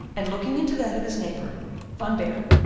and, looking into that of his neighbour van baerle,